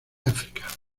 áfrica